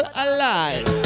alive